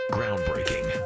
Groundbreaking